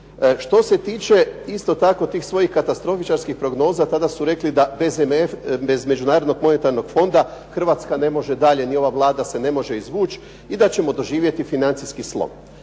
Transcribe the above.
Što se tiče isto tako tih svojih katastrofičarskih prognoza, tada su rekli da bez Međunarodnog monetarnog fonda Hrvatska ne može dalje ni ova Vlada se ne može izvući da ćemo doživjeti financijski slom.